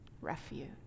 refuge